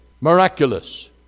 miraculous